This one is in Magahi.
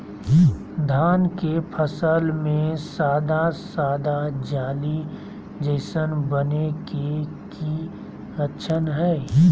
धान के फसल में सादा सादा जाली जईसन बने के कि लक्षण हय?